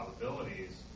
probabilities